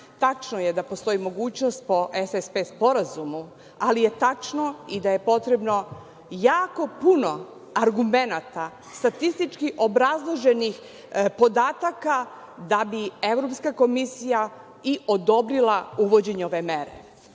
Tačno je da postoji mogućnost po SSP sporazumu, ali je tačno i da je potrebno jako puno argumenata, statistički obrazloženih podataka da bi Evropska komisija i odobrila uvođenje ove mere. Ne